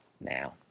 now